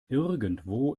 irgendwo